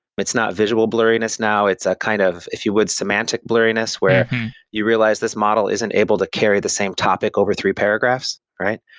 but it's not visual blurriness now, it's a kind of, if you would, semantic blurriness, where you realize this model isn't able to carry the same topic over three paragraphs, right?